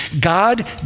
God